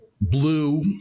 blue